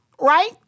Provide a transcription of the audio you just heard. Right